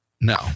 No